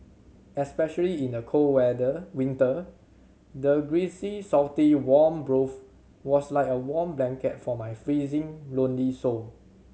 especially in the cold weather winter the greasy salty warm broth was like a warm blanket for my freezing lonely soul